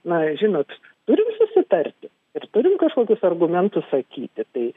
na žinot turim susitarti ir turim kažkokius argumentus sakyti tai